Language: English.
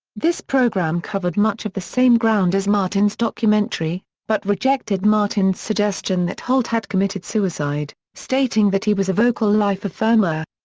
this program covered much of the same ground as martin's documentary, but rejected martin's suggestion that holt had committed suicide, stating that he was a vocal life affirmer.